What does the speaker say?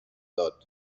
داد